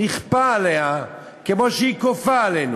נכפה עליה, כמו שהיא כופה עלינו.